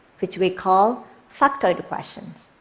which we call factoid questions.